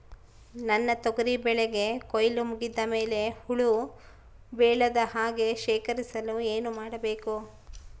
ನನ್ನ ತೊಗರಿ ಬೆಳೆಗೆ ಕೊಯ್ಲು ಮುಗಿದ ಮೇಲೆ ಹುಳು ಬೇಳದ ಹಾಗೆ ಶೇಖರಿಸಲು ಏನು ಮಾಡಬೇಕು?